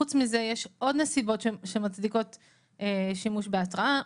חוץ מזה יש עוד נסיבות שמצדיקות שימוש בהתראה.